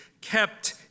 kept